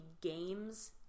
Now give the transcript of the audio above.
games